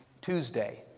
Tuesday